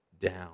down